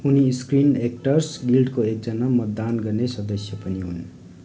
उनी screen actors गिल्डको एकजना मतदान गर्ने सदस्य पनि हुन्